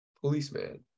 policeman